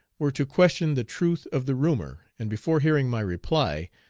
were to question the truth of the rumor, and before hearing my reply,